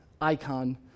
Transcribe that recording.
icon